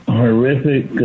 horrific